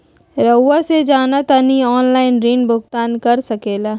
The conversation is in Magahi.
रहुआ से जाना तानी ऑनलाइन ऋण भुगतान कर सके ला?